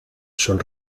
son